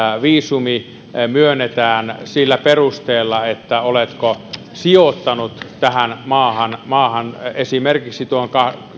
viisumi myönnetään sillä perusteella oletko sijoittanut tähän maahan maahan esimerkiksi tuon